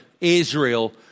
Israel